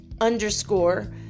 underscore